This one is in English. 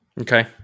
Okay